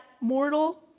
mortal